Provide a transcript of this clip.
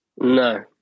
No